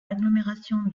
l’agglomération